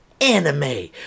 anime